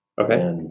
Okay